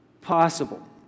possible